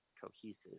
cohesive